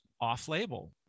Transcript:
off-label